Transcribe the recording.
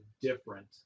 different